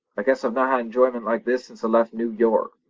i guess i've not had enjoyment like this since i left noo york.